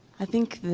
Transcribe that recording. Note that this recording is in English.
i think